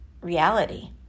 reality